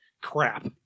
crap